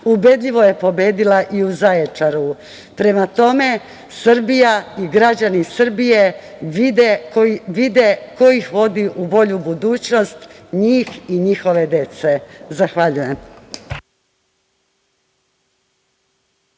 ubedljivo je pobedila i u Zaječaru. Prema tome, Srbija i građani Srbije vide ko ih vodi u bolju budućnost, njih i njihove dece. Zahvaljujem.